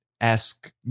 ask